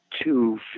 Two